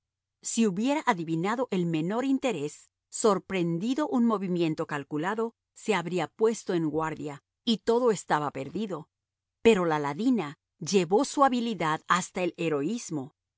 si hubiera adivinado el menor interés sorprendido un movimiento calculado se habría puesto en guardia y todo estaba perdido pero la ladina llevó su habilidad hasta el heroísmo